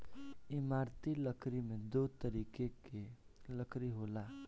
इमारती लकड़ी में दो तरीके कअ लकड़ी होला